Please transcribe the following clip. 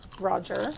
Roger